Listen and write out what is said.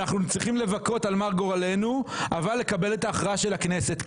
אנחנו צריכים לבכות על מר גורלנו אבל לקבל את ההכרעה של הכנסת.